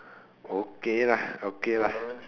okay lah okay lah